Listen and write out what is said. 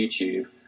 YouTube